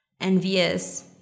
envious